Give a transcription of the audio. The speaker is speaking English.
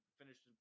finished